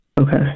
Okay